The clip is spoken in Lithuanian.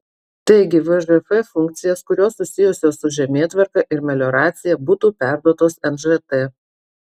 taigi vžf funkcijas kurios susijusios su žemėtvarka ir melioracija būtų perduotos nžt